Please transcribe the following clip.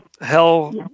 Hell